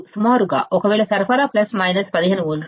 సుమారుగా ఒకవేళ సరఫరా ప్లస్ మైనస్ 15 వోల్ట్లు